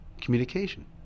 communication